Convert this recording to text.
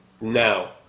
now